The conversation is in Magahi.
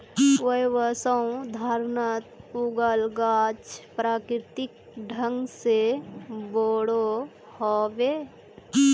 वायवसंवर्धनत उगाल गाछ प्राकृतिक ढंग से बोरो ह बे